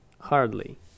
hardly